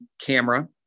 camera